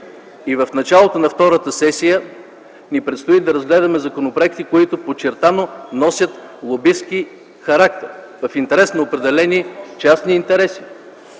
и в началото на втората сесия ни предстои да разгледаме законопроекти, които подчертано носят лобистки характер в интерес на определени частни интереси,